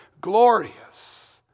glorious